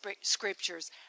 scriptures